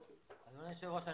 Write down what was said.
אדוני היושב ראש,